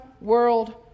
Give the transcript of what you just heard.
world